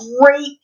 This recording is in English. great